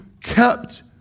kept